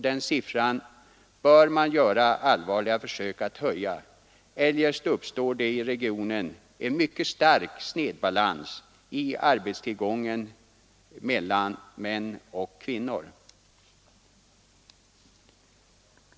Den siffran bör man göra allvarliga försök att höja; eljest uppstår det i regionen en mycket stark snedbalans i arbetstillgången för män och för kvinnor.